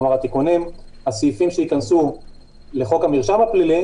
כלומר הסעיפים שייכנסו לחוק המרשם הפלילי,